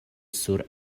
sur